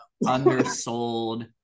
undersold